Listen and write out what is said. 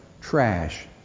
trash